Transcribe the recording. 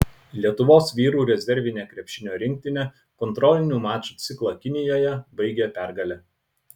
lietuvos vyrų rezervinė krepšinio rinktinė kontrolinių mačų ciklą kinijoje baigė pergale